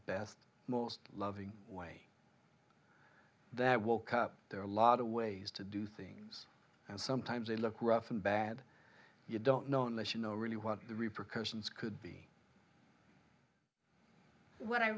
best most loving way that woke up there are a lot of ways to do things and sometimes they look rough and bad you don't know unless you know really what the repercussions could be what i